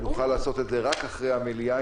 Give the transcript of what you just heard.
נוכל לעשות את זה רק אחרי המליאה,